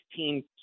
16